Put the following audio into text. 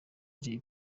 jay